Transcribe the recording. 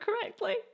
correctly